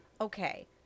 okay